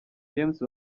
james